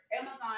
Amazon